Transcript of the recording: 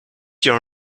your